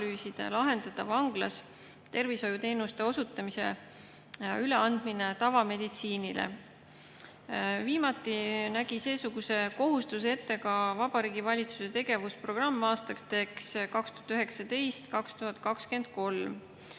andes vanglas tervishoiuteenuste osutamise üle tavameditsiinile. Viimati nägi seesuguse kohustuse ette ka Vabariigi Valitsuse tegevusprogramm aastateks 2019–2023.